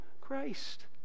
Christ